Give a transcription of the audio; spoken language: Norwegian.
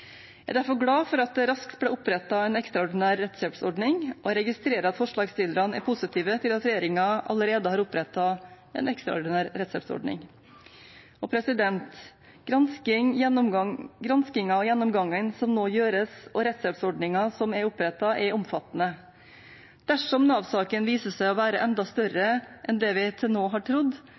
er derfor glad for at det raskt ble opprettet en ekstraordinær rettshjelpsordning, og jeg registrerer at forslagsstillerne er positive til at regjeringen allerede har opprettet en ekstraordinær rettshjelpsordning. Granskingen og gjennomgangen som må gjøres og rettshjelpsordningen som er opprettet, er omfattende. Dersom Nav-saken viser seg å være enda større enn det vi til nå har trodd,